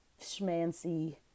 schmancy